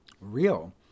real